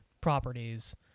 properties